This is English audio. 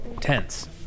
tense